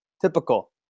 typical